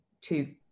two